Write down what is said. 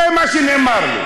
זה מה שנאמר לי.